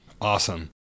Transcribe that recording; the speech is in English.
Awesome